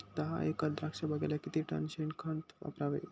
दहा एकर द्राक्षबागेला किती टन शेणखत वापरावे?